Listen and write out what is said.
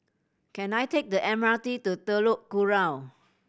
can I take the M R T to Telok Kurau